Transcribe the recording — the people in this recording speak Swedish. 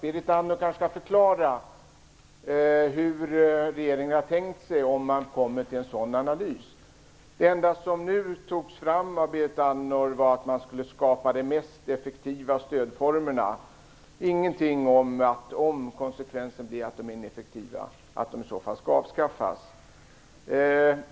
Berit Andnor kan kanske förklara hur regeringen har tänkt sig om man kommer fram till det. Det enda som Berit Andnor nu nämnde var att man skulle skapa de mest effektiva stödformerna, ingenting om vad man gör om analysen visar att de är ineffektiva, om de i så fall skall avskaffas.